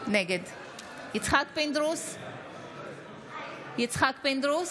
בעד אמיר אוחנה,